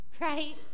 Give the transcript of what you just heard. right